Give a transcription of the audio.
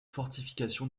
fortifications